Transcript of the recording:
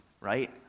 right